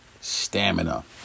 stamina